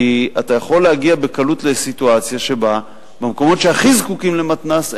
כי אתה יכול להגיע בקלות לסיטואציה שבה במקומות שהכי זקוקים למתנ"ס,